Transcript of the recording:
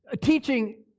teaching